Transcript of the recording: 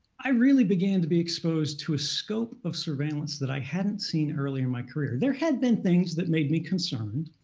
i really began to be exposed to a scope of surveillance that i hadn't seen earlier in my career. there had been things that made me concerned.